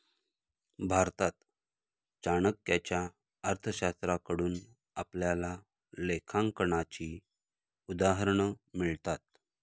भारतात चाणक्याच्या अर्थशास्त्राकडून आपल्याला लेखांकनाची उदाहरणं मिळतात